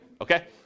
okay